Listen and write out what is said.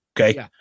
Okay